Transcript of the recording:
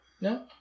No